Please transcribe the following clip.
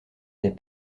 des